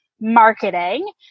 marketing